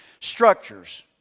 Structures